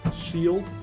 Shield